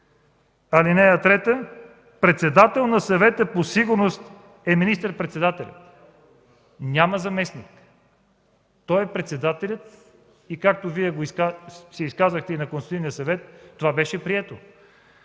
сигурност. (3) Председател на Съвета по сигурност е министър-председателят”. Няма заместник, той е председателят, и както Вие се изказахте на Консултативния съвет, така беше прието.